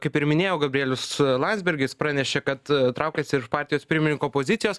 kaip ir minėjau gabrielius landsbergis pranešė kad traukiasi iš partijos pirmininko pozicijos